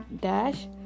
dash